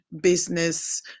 business